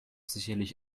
sicherlich